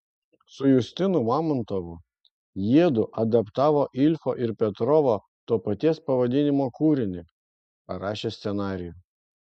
su justinu mamontovu jiedu adaptavo ilfo ir petrovo to paties pavadinimo kūrinį parašė scenarijų